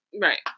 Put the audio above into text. right